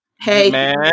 Hey